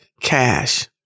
cash